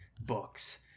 books